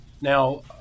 now